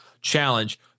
challenge